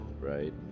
right